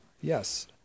Yes